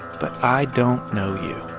but i don't know you